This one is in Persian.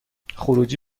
خروجی